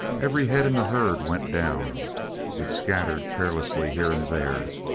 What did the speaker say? every head in the herd went down it scattered carelessly here and there.